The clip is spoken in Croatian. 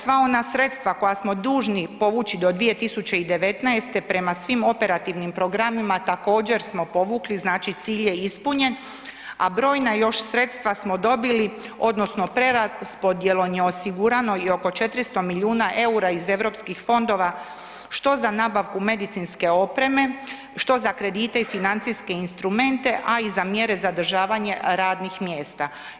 Sve, sva ona sredstva koja smo dužni povući do 2019. prema svim operativnim programima također smo povukli, znači cilj je ispunjen, a brojna još sredstva smo dobili odnosno preraspodjelom je osigurano i oko 400 milijuna eura iz EU fondova, što za nabavku medicinske opreme, što za kredite i financijske instrumente, a i za mjere zadržavanje radnih mjesta.